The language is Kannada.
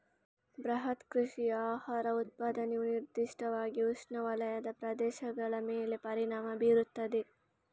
ಬೃಹತ್ ಕೃಷಿಯ ಆಹಾರ ಉತ್ಪಾದನೆಯು ನಿರ್ದಿಷ್ಟವಾಗಿ ಉಷ್ಣವಲಯದ ಪ್ರದೇಶಗಳ ಮೇಲೆ ಪರಿಣಾಮ ಬೀರುತ್ತದೆ